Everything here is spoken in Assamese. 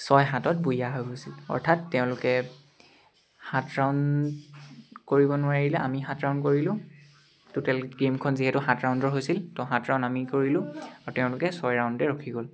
ছয় সাতত বৈয়া হৈ গৈছিল অৰ্থাৎ তেওঁলোকে সাত ৰাউণ্ড কৰিব নোৱাৰিলে আমি সাত ৰাউণ্ড কৰিলোঁ টুটেল গেমখন যিহেতু সাত ৰাউণ্ডৰ হৈছিল তো সাত ৰাউণ্ড আমি কৰিলোঁ আৰু তেওঁলোকে ছয় ৰাউণ্ডে ৰখি গ'ল